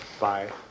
Bye